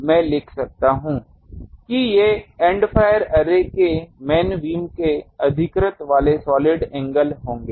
मैं लिख सकता हूं कि ये एंड फायर अर्रे के मेन बीम के अधिकृत वाले सॉलिड एंगल होंगे